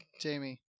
Jamie